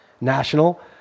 national